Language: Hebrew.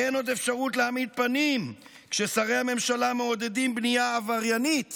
אין עוד אפשרות להעמיד פנים כששרי הממשלה מעודדים בנייה עבריינית